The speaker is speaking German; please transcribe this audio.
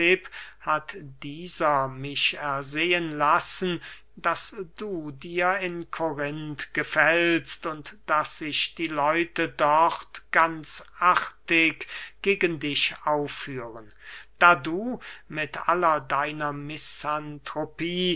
hat dieser mich ersehen lassen daß du dir in korinth gefällst und daß sich die leute dort ganz artig gegen dich aufführen da du mit aller deiner misanthropie